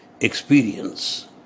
experience